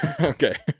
Okay